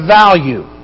value